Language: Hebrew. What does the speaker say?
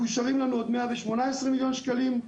מקושרים לנו עוד מאה ושמונה עשר מיליון שקלים.